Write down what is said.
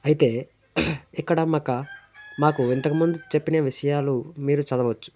అయితే ఇక్కడ మక మాకు ఇంతకుముందు చెప్పిన విషయాలు మీరు చదవచ్చు